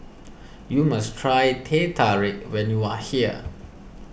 you must try Teh Tarik when you are here